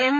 M